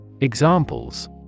Examples